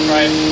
Right